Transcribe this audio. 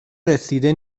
رسیده